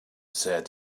said